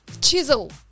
chisel